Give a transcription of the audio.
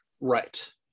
Right